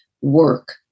work